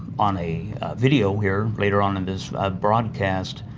on a video here later on in this broadcast,